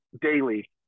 daily